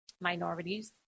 minorities